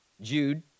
Jude